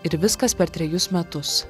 ir viskas per trejus metus